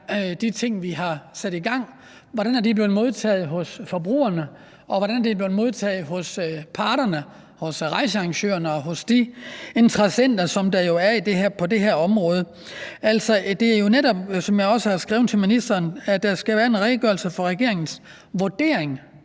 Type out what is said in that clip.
hvordan de ting, vi har sat i gang, er blevet modtaget hos forbrugerne, og hvordan de er blevet modtaget hos parterne, hos rejsearrangørerne og hos de interessenter, der er på det her område. Som jeg også har skrevet til ministeren, skal der gerne være en redegørelse for regeringens vurdering